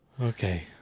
Okay